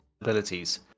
abilities